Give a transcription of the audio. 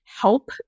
help